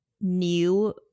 new